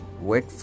wait